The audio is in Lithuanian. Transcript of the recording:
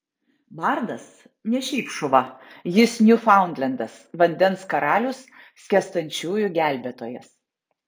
bardas ne šiaip šuva jis niūfaundlendas vandens karalius skęstančiųjų gelbėtojas